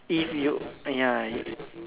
if you ya you